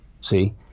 see